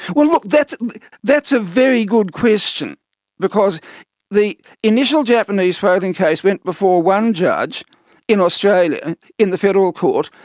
well, that's that's a very good question because the initial japanese whaling case went before one judge in australia in the federal court,